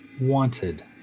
wanted